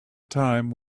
time